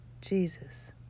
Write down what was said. Jesus